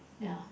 ya